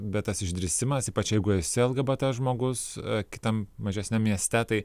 bet tas išdrįsimas ypač jeigu esi lgbt žmogus kitam mažesniam mieste tai